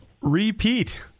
repeat